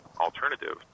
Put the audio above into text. alternative